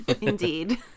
Indeed